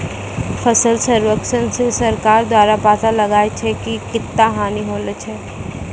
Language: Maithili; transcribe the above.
फसल सर्वेक्षण से सरकार द्वारा पाता लगाय छै कि कत्ता हानि होलो छै